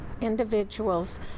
individuals